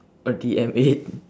R_T_M eight